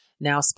now